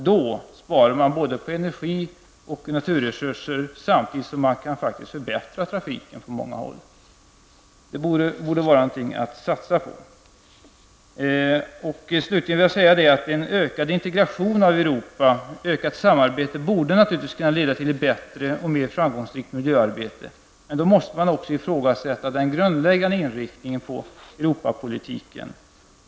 Då sparar man både på energi och naturresurser, samtidigt som man faktiskt kan förbättra trafiken på många håll. Detta borde vara någonting att satsa på! Slutligen vill jag säga att en ökad integration av Europa och ett ökat samarbete naturligtvis borde kunna leda till ett bättre och mer framgångsrikt miljöarbete. Då måste man emellertid ifrågasätta den grundläggande inriktningen av Europapolitiken.